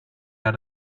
out